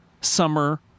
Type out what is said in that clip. summer